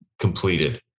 Completed